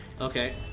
okay